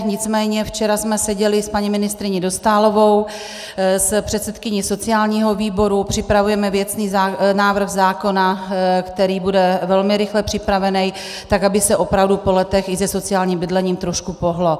Nicméně včera jsme seděly s paní ministryní Dostálovou, s předsedkyní sociálního výboru a připravujeme věcný návrh zákona, který bude velmi rychle připraven tak, aby se opravdu po letech se sociálním bydlením trošku pohnulo.